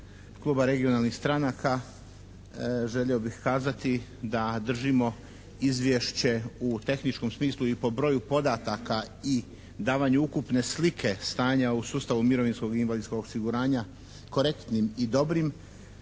kluba regionalnih stranaka želio bih kazati da držimo izvješće u tehničkom smislu i po broju podataka i davanju ukupne slike stanja u sustavu mirovinskog i invalidskog osiguranja korektnim dobrim